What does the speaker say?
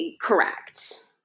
Correct